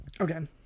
Okay